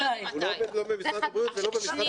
למזלנו הוא לא עובד משרד הבריאות ולא משרד החינוך.